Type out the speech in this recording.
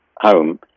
home